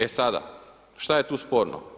E sada šta je tu sporno?